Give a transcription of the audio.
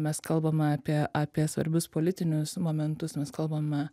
mes kalbame apie apie svarbius politinius momentus mes kalbame